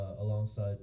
alongside